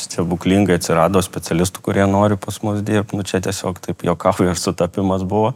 stebuklingai atsirado specialistų kurie nori pas mus dirbt čia tiesiog taip juokauju ar sutapimas buvo